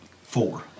Four